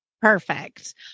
Perfect